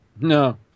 No